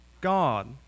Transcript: God